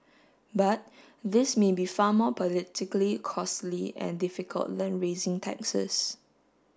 but this may be far more politically costly and difficult than raising taxes